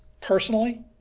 personally